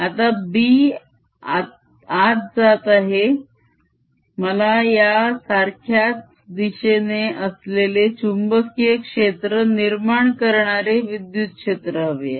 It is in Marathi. आता B आता जात आहे मला या सारख्याच दिशेने असलेले चुंबकीय क्षेत्र निर्माण करणारे विद्युत क्षेत्र हवे आहे